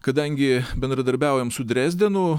kadangi bendradarbiaujam su drezdenu